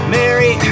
Mary